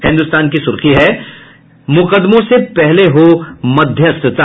हिन्दुस्तान की सुर्खी मुकदमों से पहले हो मध्यस्थता